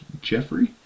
Jeffrey